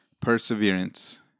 perseverance